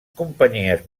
companyies